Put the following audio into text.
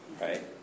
Right